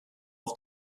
auf